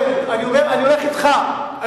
אני לא עדכנתי אותו היום.